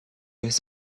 his